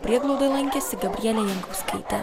prieglaudoje lankėsi gabrielė jankauskaitė